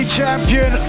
champion